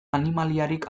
animaliarik